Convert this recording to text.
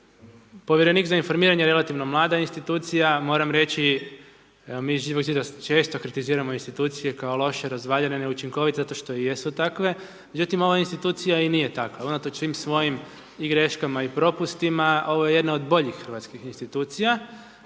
Povjerenik za informiranje je relativno mlada institucija, moram reći, mi iz Živog zida, često kritiziramo institucije kao loše, razvaljene, neučinkovite, zato što i jesu takve. Međutim, ova institucija i nije takva. Unatoč svim svojim i greškama i propustima, ovo je jedna od boljih hrvatskih institucija